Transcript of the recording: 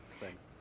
Thanks